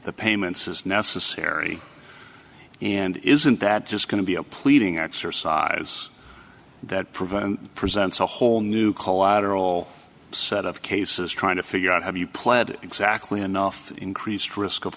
the payments as necessary and isn't that just going to be a pleading exercise that prevents presents a whole new collateral set of cases trying to figure out have you pled exactly enough increased risk of